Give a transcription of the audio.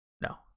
no